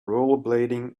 rollerblading